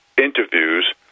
interviews